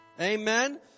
Amen